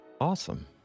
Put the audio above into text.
Awesome